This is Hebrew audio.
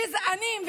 גזענים,